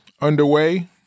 underway